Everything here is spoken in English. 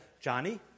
Johnny